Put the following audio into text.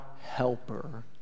helper